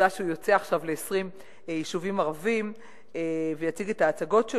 את העובדה שהוא יוצא עכשיו ל-20 יישובים ערביים ויציג את ההצגות שלו.